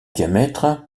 diamètre